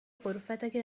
غرفتك